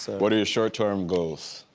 what are your short-term goals?